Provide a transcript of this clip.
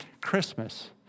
Christmas